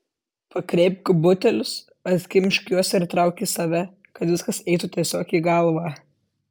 pakreipk butelius atkimšk juos ir trauk į save kad viskas eitų tiesiog į galvą